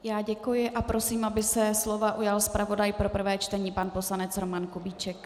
Já děkuji a prosím, aby se slova ujal zpravodaj pro prvé čtení, pan poslanec Roman Kubíček.